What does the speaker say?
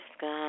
God